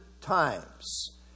times